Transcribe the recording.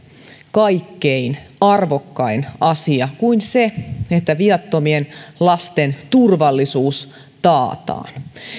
kaikkein arvokkain asia kuin se että viattomien lasten turvallisuus taataan